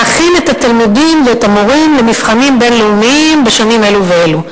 להכין את התלמידים ואת המורים למבחנים בין-לאומיים בשנים אלו ואלו.